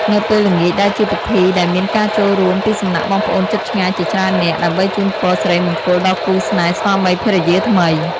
នៅពេលល្ងាចដែលជាពិធីដែលមានការចូលរួមពីសំណាក់បងប្អូនជិតឆ្ងាយជាច្រើននាក់ ដើម្បីជូនពរសិរីមង្គលដល់គូរស្នេហ៍ស្វាមីភរិយាថ្មី។